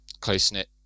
close-knit